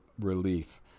relief